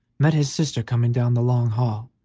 met his sister coming down the long hall.